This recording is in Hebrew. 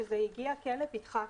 שזה הגיע כן לפתחה,